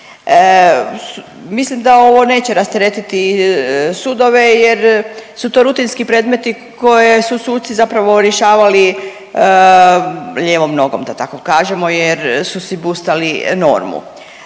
Mislim da ovo neće rasteretiti sudove jer su to rutinski predmeti koje su suci zapravo rješavali lijevom nogom da tako kažemo jer su si bustali normu.